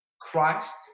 Christ